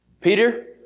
Peter